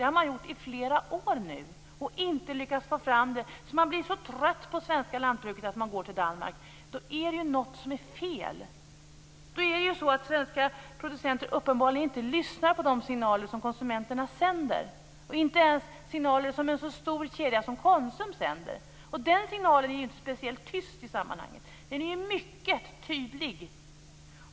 Det har man gjort i flera år utan att lyckas få fram det. Man blir så trött på det svenska lantbruket att man går till Danmark. Då är det något som är fel. Svenska producenter lyssnar uppenbarligen inte på de signaler som konsumenterna sänder, och inte ens på signaler som en så stor kedja som Konsum sänder. Den signalen är inte speciellt tyst i sammanhanget. Den är mycket tydlig.